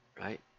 Right